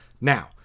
Now